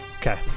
Okay